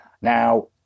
now